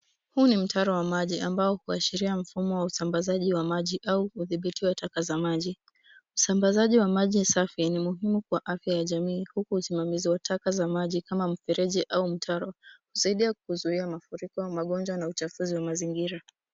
Huu ni mtaro wa maji ambao huashiria mfumo wa usambazaji wa maji au udhibiti wa taka za maji. Usambazaji wa maji safi ni muhimu kwa afya ya jamii huku usimamizi wa taka za maji, kama mifereji au mtaro zaidi ya kuzuia mafuriko, magonjwa na uchafuzi wa mazingira.